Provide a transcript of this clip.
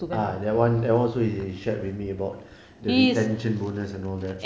ah that one that one also he shared with me about the retention bonus and all that